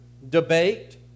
Debate